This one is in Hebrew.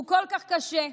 הוא כל כך קשה.